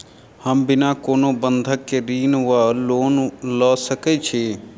हम बिना कोनो बंधक केँ ऋण वा लोन लऽ सकै छी?